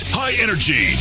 high-energy